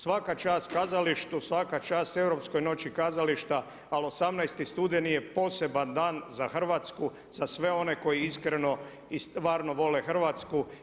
Svaka čast kazalištu, svaka čast Europskoj noći kazališta ali 18. studeni je poseban dan za Hrvatsku, za sve one koji iskreno i stvarno vole Hrvatsku.